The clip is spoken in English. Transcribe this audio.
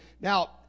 Now